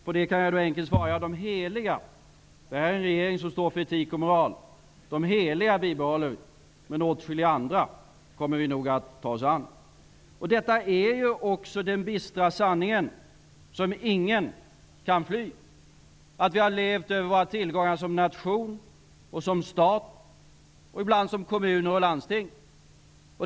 På den frågan kan jag enkelt svara: Ja, de heliga -- det här är nämligen en regering som står för etik och moral -- bibehåller vi, men åtskilliga andra kommer vi nog att ta oss an. Det är också den bistra sanningen, som ingen kan fly, att vi har levt över våra tillgångar som nation, som stat och, ibland, som kommuner och landsting.